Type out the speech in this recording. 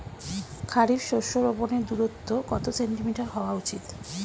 খারিফ শস্য রোপনের দূরত্ব কত সেন্টিমিটার হওয়া উচিৎ?